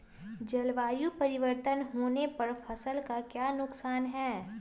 जलवायु परिवर्तन होने पर फसल का क्या नुकसान है?